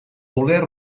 voler